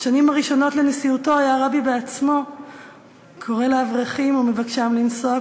בשנים הראשונות לנשיאותו היה הרבי בעצמו קורא לאברכים ומבקשם לנסוע,